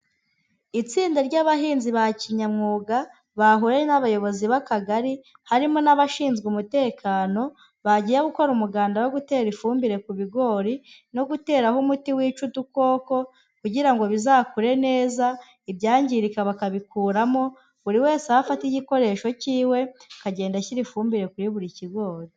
Itsinda ry'abahinzi ba kinyamwuga, bahuye n'abayobozi b'akagari, harimo n'abashinzwe umutekano, bagiye gukora umuganda wo gutera ifumbire ku bigori, no guteraho umuti wica udukoko kugira ngo bizakure neza, ibyangirika bakabikuramo, buri wese aho afata igikoresho k'iwe, akagenda ashyira ifumbire kuri buri kigori.